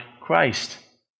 Christ